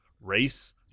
race